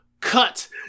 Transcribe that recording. cut